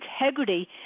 integrity